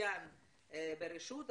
מצוין ברשות,